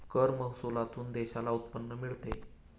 कर महसुलातून देशाला उत्पन्न मिळते